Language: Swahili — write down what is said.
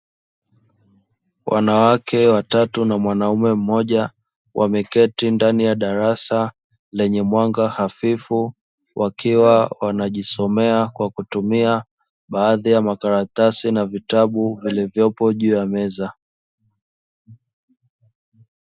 Wanawake watatu na mwanaume mmoja wameketi ndani ya darasa lenye mwanga hafifu, wakiwa wanajisomea kwa kutumia baadhi ya makaratasi na vitabu vilivyopo juu ya meza.